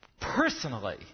personally